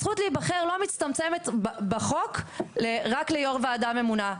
הזכות להיבחר לא מצטמצמת בחוק רק ליו"ר ועדה ממונה.